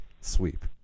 sweep